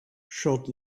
should